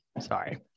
Sorry